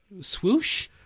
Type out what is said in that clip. swoosh